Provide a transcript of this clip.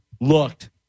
looked